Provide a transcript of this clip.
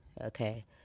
okay